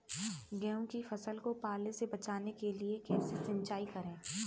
गेहूँ की फसल को पाले से बचाने के लिए कैसे सिंचाई करें?